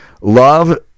love